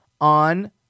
on